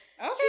okay